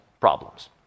problems